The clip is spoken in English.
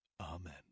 Amen